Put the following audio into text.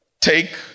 Take